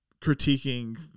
critiquing